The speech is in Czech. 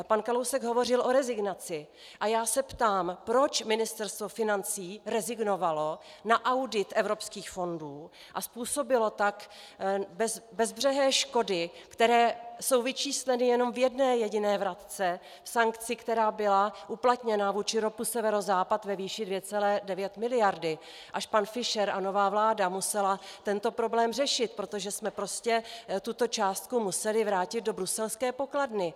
Pan Kalousek hovořil o rezignaci a já se ptám, proč Ministerstvo financí rezignovalo na audit evropských fondů a způsobilo tak bezbřehé škody, které jsou vyčísleny jenom v jedné jediné vratce, v sankci, která byla uplatněna vůči ROP Severozápad ve výši 2,9 mld. Až pan Fischer a nová vláda museli tento problém řešit, protože jsme prostě tuto částku museli vrátit do bruselské pokladny.